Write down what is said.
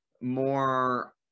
more